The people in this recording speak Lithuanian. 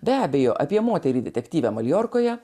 be abejo apie moterį detektyvę maljorkoje